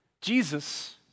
Jesus